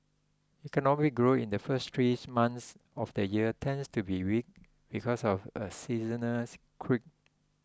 economic growth in the first three months of the year tends to be weak because of a quirk